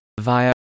via